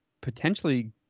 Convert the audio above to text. potentially